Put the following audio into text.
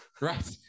Right